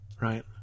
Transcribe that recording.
Right